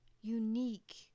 unique